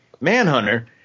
Manhunter